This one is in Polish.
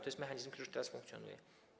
To jest mechanizm, który już teraz funkcjonuje.